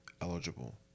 eligible